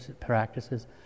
practices